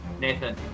Nathan